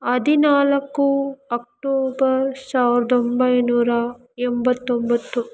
ಹದಿನಾಲ್ಕು ಅಕ್ಟೋಬರ್ ಸಾವಿರದ ಒಂಬೈನೂರ ಎಂಬತ್ತೊಂಬತ್ತು